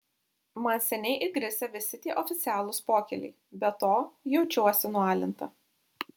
man seniai įgrisę visi tie oficialūs pokyliai be to jaučiuosi nualinta